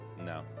No